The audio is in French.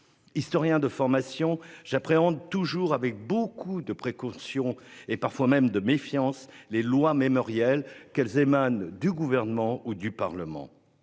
Historien de formation j'appréhende toujours avec beaucoup de précaution et parfois même de méfiance, les lois mémorielles qu'elle émane du gouvernement ou du parlement.